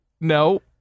No